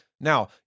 Now